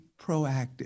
proactive